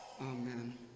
Amen